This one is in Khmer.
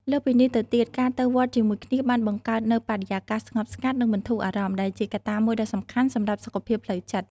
លើសពីនេះទៅទៀត ការទៅវត្តជាមួយគ្នាបានបង្កើតនូវបរិយាកាសស្ងប់ស្ងាត់ និងបន្ធូរអារម្មណ៍ ដែលជាកត្តាមួយដ៏សំខាន់សម្រាប់សុខភាពផ្លូវចិត្ត។